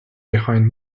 behind